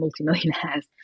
multimillionaires